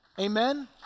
Amen